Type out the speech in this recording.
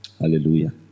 Hallelujah